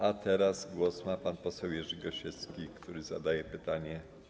A teraz głos ma pan poseł Jerzy Gosiewski, który zadaje pytanie.